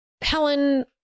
Helen